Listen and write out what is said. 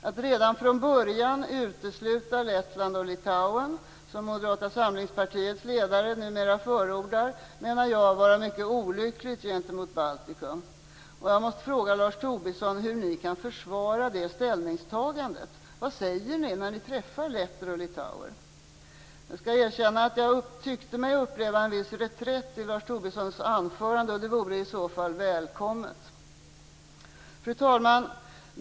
Att redan från början utesluta Lettland och Litauen, som Moderata samlingspartiets ledare numera förordar, anser jag vara mycket olyckligt gentemot Baltikum. Jag måste fråga Lars Tobisson: Hur kan ni försvara detta ställningstagande? Vad säger ni när nu träffar letter och litauer? Jag skall erkänna att jag tyckte mig uppleva en viss reträtt i Lars Tobissons anförande, och det vore i så fall välkommet. Fru talman!